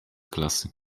klasy